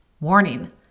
warning